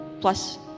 plus